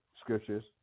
scriptures